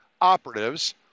operatives